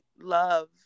love